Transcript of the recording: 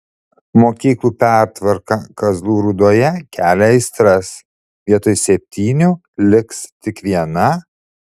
mokyklų pertvarka kazlų rūdoje kelia aistras vietoj septynių liks tik viena